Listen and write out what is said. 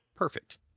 Perfect